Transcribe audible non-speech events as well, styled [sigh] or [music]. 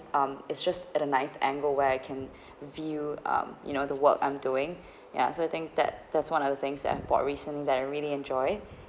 um it's just at a nice angle where I can [breath] view um you know the work I'm doing [breath] ya so I think that that's one of the things that I bought recently that I really enjoy